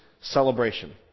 celebration